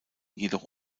jedoch